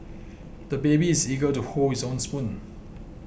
the baby is eager to hold his own spoon